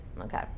okay